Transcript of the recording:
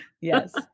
Yes